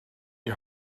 die